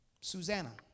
Susanna